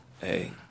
Hey